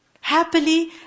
Happily